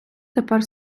тепер